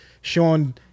Sean